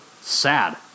sad